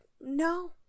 No